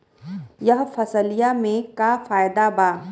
यह फसलिया में का फायदा बा?